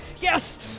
yes